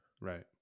right